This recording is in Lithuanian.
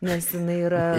nes jinai yra